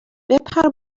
بپر